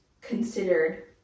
considered